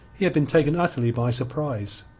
he had been taken utterly by surprise.